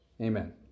amen